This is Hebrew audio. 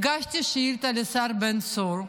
הגשתי שאילתה לשר בן צור,